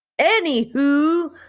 Anywho